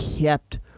kept